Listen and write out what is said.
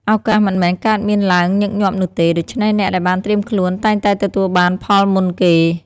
ឱកាសមិនមែនកើតមានឡើងញឹកញាប់នោះទេ ដូច្នេះអ្នកដែលបានត្រៀមខ្លួនតែងតែទទួលបានផលមុនគេ។